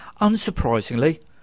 unsurprisingly